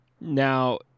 Now